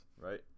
right